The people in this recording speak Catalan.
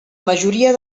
majoria